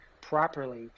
properly